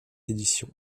édition